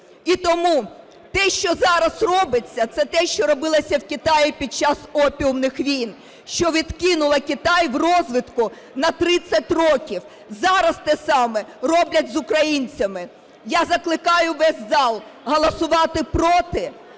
І тому, те, що зараз робиться, це те, що робилося в Китаї під час опіумних війн, що відкинуло Китай в розвитку на 30 років. Зараз те саме роблять з українцями. Я закликаю весь зал голосувати "проти".